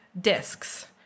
discs